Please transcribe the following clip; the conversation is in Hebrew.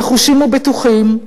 נחושים ובטוחים,